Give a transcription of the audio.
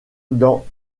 dans